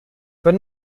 but